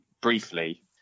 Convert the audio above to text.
Briefly